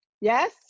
Yes